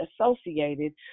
associated